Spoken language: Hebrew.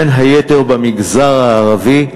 בין היתר במגזר הערבי,